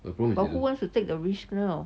but who wants to take the risk now